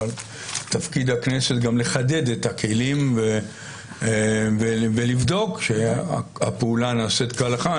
תפקיד הכנסת גם לחדד את הכלים ולבדוק שהפעולה נעשית כהלכה.